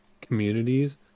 communities